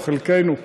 או חלקנו.